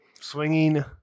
Swinging